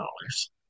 dollars